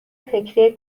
فکری